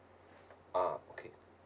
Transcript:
ah okay